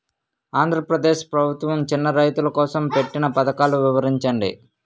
ఆంధ్రప్రదేశ్ ప్రభుత్వ చిన్నా రైతుల కోసం పెట్టిన పథకాలు వివరించండి?